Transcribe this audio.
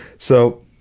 so,